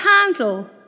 handle